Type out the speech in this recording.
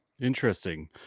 Interesting